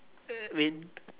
wait